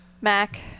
mac